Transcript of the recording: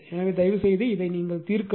எனவே தயவுசெய்து இதைத் தீர்க்கவும்